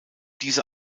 diese